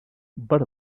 but